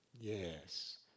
yes